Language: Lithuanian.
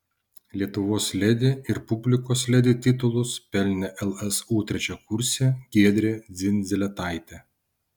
lietuvos ledi ir publikos ledi titulus pelnė lsu trečiakursė giedrė dzindzelėtaitė